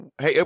hey